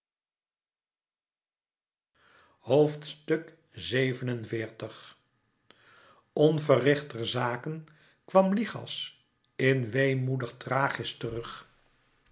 xxxxvii onverrichterzake kwam lichas in weemoedig thrachis terug